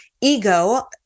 ego